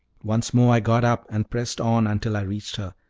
once more i got up and pressed on until i reached her,